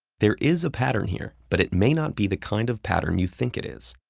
there is a pattern here, but it may not be the kind of pattern you think it is.